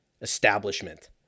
establishment